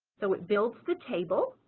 so it builds the table,